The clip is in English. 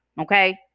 okay